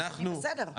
בסדר.